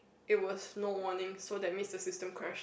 it was no warning so that means the system crashed